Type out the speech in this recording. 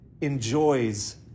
enjoys